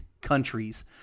countries